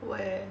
where